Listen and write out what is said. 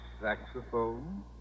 Saxophone